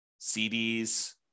CDs